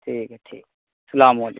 ٹھیک ہے ٹھیک ہے السلام علیکم